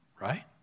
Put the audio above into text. Right